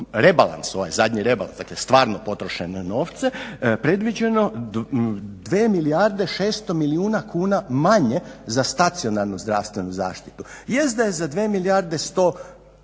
rebalans, dakle ovaj zadnji rebalans, dakle stvarno potrošen novce predviđeno 2 milijarde 600 milijuna kuna manje za stacionarnu zdravstvenu zaštitu. Jest da je za 2 milijarde 100